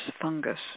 fungus